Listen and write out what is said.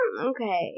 Okay